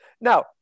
Now